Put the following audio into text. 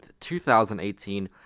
2018